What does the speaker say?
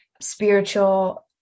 spiritual